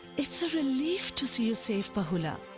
it's a relief to see you safe, bahula.